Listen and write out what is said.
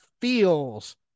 feels